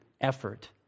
effort